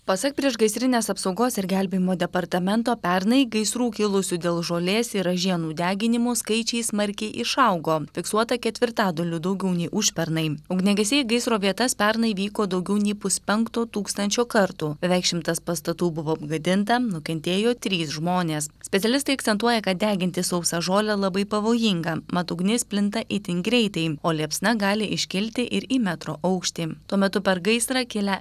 pasak priešgaisrinės apsaugos ir gelbėjimo departamento pernai gaisrų kilusių dėl žolės ir ražienų deginimo skaičiai smarkiai išaugo fiksuota ketvirtadaliu daugiau nei užpernai ugniagesiai į gaisro vietas pernai vyko daugiau nei puspenkto tūkstančio kartų beveik šimtas pastatų buvo apgadinta nukentėjo trys žmonės specialistai akcentuoja kad deginti sausą žolę labai pavojinga mat ugnis plinta itin greitai o liepsna gali iškilti ir į metro aukštį tuo metu per gaisrą kilę